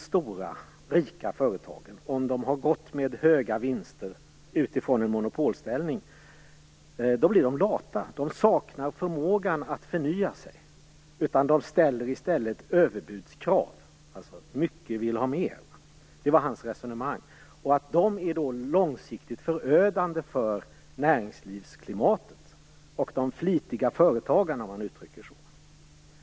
Stora rika företag med gott om höga vinster utifrån en monopolställning blir lata. De saknar förmåga att förnya sig och ställer i stället överbudskrav. Mycket vill har mer. Detta var hans resonemang. Dessa företag är långsiktigt förödande för näringslivsklimatet och de "flitiga" företagarna.